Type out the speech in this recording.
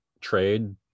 trade